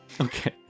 Okay